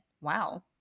Wow